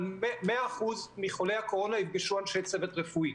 100% מחולי הקורונה יפגשו אנשי צוות רפואי.